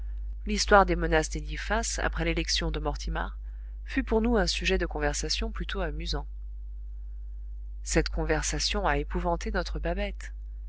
l'histoire des menaces d'eliphas après l'élection de mortimar fut pour nous un sujet de conversation plutôt amusant cette conversation a épouvanté notre babette